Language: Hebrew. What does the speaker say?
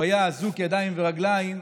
הוא היה אזוק בידיים וברגליים,